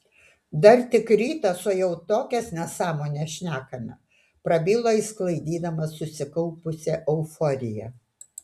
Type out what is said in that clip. dar tik rytas o jau tokias nesąmones šnekame prabilo išsklaidydamas susikaupusią euforiją